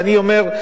ואני אומר,